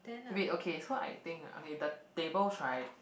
red okay so I think ah okay the tables right